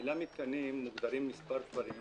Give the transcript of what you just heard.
במילה מתקנים מוגדרים מספר דברים,